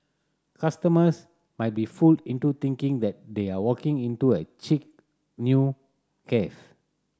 customers might be fooled into thinking that they are walking into a chic new cafe